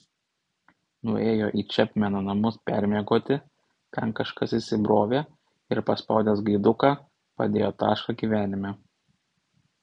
nuėjo į čepmeno namus permiegoti ten kažkas įsibrovė ir paspaudęs gaiduką padėjo tašką gyvenime